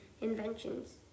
inventions